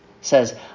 says